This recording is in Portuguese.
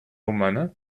humana